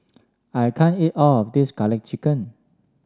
I can't eat all of this garlic chicken